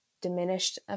diminished